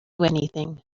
anything